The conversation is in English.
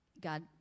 God